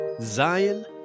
Zion